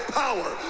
power